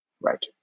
right